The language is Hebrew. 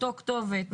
מאותה כתובת,